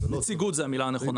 "נציגות" זאת המילה הנכונה.